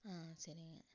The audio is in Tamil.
ஆ சரிங்க